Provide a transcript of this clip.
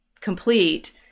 complete